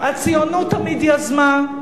הציונות תמיד יזמה,